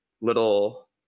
little